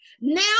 Now